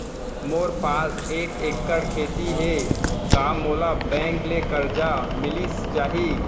मोर पास एक एक्कड़ खेती हे का मोला बैंक ले करजा मिलिस जाही?